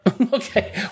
Okay